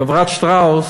חברת "שטראוס"